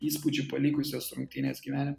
įspūdžių palikusios rungtynės gyvenime